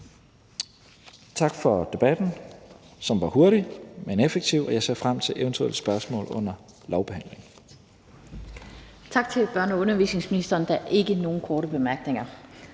Tak for debatten, som var hurtig, men effektiv. Jeg ser frem til eventuelle spørgsmål under lovbehandlingen. Kl. 15:19 Den fg. formand (Annette Lind): Tak til børne- og undervisningsministeren. Der er ikke nogen korte bemærkninger.